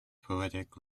poetic